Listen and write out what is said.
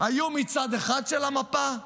היו מצד אחד של המפה,